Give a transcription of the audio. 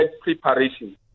preparation